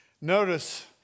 Notice